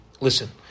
Listen